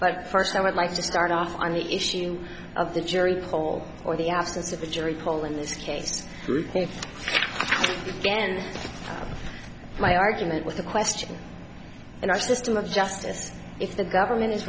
but first i would like to start off on the issue of the jury poll or the assets of the jury pool in this case we think again my argument with the question in our system of justice if the government is